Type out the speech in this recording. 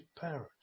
parents